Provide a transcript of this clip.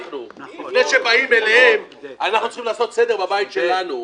אנחנו לפני שבאים אליהם אנחנו צריכים לעשות סדר בבית שלנו.